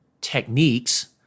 techniques